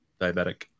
diabetic